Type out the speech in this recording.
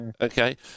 okay